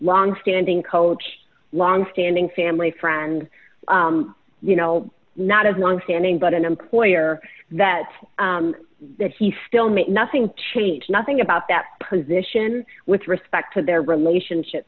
longstanding coach longstanding family friend you know not as longstanding but an employer that that he still make nothing to change nothing about that position with respect to their relationship